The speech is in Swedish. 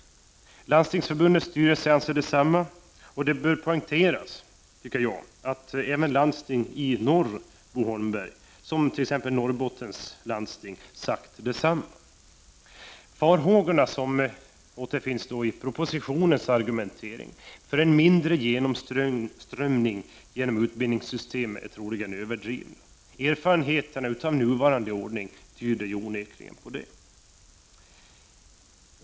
Landstingsförbundets styrelse anser detsamma. Det bör poängteras, Bo Holmberg, att även landsting i norr, som Norrbottens landsting, har sagt detsamma. Farhågorna i propositionen för en mindre genomströmning genom utbildningssystemet är troligen överdrivna. Erfarenheter av nuvarande ordning tyder onekligen på detta.